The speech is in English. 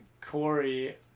Corey